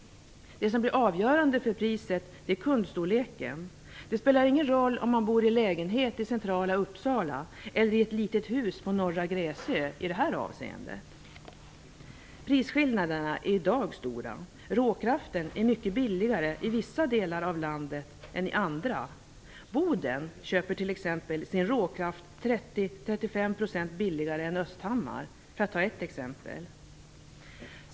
Det som blir avgörande för priset är kundstorleken. Det spelar ingen roll om man bor i lägenhet i centrala Uppsala eller i ett litet hus på norra Gräsö i detta avseende. Prisskillnaderna är i dag stora. Råkraften är mycket billigare i vissa delar av landet än i andra. Boden köper t.ex. sin råkraft 30-35 % billigare än Östhammar, för att ta ett exempel.